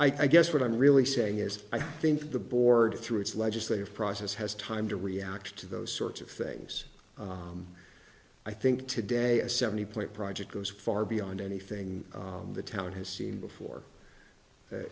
but i guess what i'm really saying is i think the board through its legislative process has time to react to those sorts of things i think today a seventy point project goes far beyond anything the town has seen before